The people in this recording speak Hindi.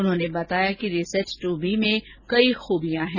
उन्होंने बताया कि रिसैट टूबी में अनेक नई खूबियां हैं